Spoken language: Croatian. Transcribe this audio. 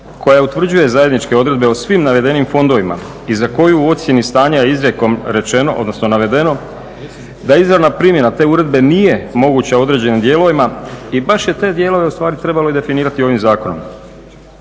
koja utvrđuje zajedničke odredbe o svim navedenim fondovima i za koju u ocijeni stanja izrijekom je navedeno da izravna primjena te uredbe nije moguća u određenim dijelovima. I baš je te dijelove ustvari trebalo i definirati ovim zakonom.